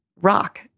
rock